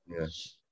Yes